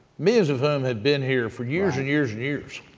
millions of whom have been here for years and years and years,